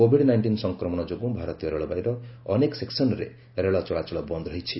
Covid nineteen ସଂକ୍ରମଣ ଯୋଗୁଁ ଭାରତୀୟ ରେଳବାଇର ଅନେକ ସେକ୍ନନରେ ରେଳ ଚଳାଚଳ ବନ୍ଦ ରହିଛି